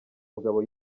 mugabo